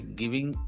giving